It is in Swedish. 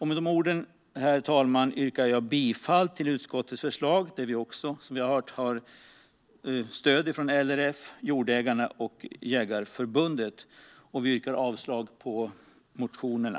Med dessa ord, herr talman, yrkar jag bifall till utskottets förslag, som vi har hört också har stöd från LRF, Jordägarna och Jägareförbundet, och avslag på motionerna.